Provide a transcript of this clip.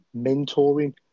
mentoring